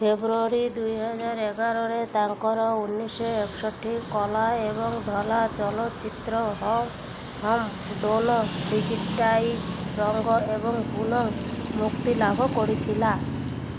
ଫେବୃୟାରୀ ଦୁଇହଜାରଏଗାରରେ ତାଙ୍କର ଉଣେଇଶିଶହ ଏକଷଠି କଳା ଏବଂ ଧଳା ଚଳଚ୍ଚିତ୍ର ହ ହମ୍ ଡୋନୋ ଡିଜିଟାଇଜ୍ ରଙ୍ଗ ଏବଂ ପୁନଃ ମୁକ୍ତିଲାଭ କରିଥିଲା